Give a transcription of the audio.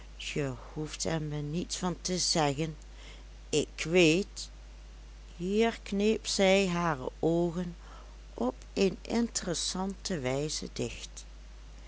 hoeft er me niets van te zeggen ik weet hier kneep zij hare oogen op een interessante wijze dicht